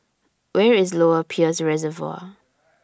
Where IS Lower Peirce Reservoir